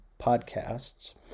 podcasts